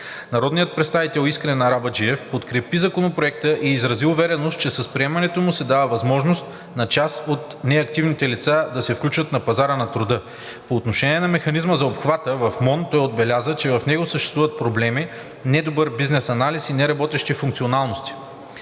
Народният представител Искрен Арабаджиев подкрепи Законопроекта и изрази увереност, че с приемането му се дава възможност на част от неактивните лица да се включат на пазара на труда. По отношение на механизма за обхвата в Министерството на образованието и науката, той отбеляза, че в него съществуват проблеми, недобър бизнес анализ и неработещи функционалности.